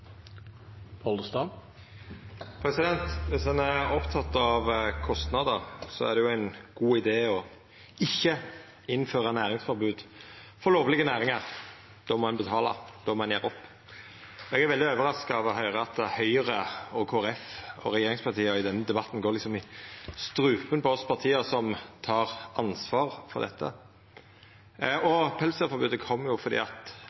av kostnader, er det ein god idé å ikkje innføra næringsforbod for lovlege næringar. Då må ein betala, då må ein gjera opp. Eg er veldig overraska over å høyra at Høgre, Framstegspartiet og regjeringspartia i denne debatten går liksom i strupen på oss, dei partia som tek ansvar for dette. Pelsdyrforbodet kom jo fordi ein ville ha Venstre inn i regjering. Det er jo vorte kjent etterpå at